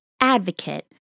advocate